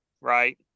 right